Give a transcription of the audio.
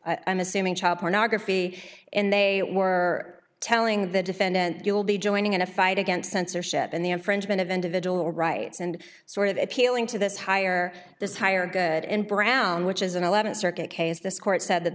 purchase i'm assuming child pornography and they were telling the defendant you will be joining in a fight against censorship and the infringement of individual rights and sort of appealing to this higher this higher good in brown which is an th circuit case this court said that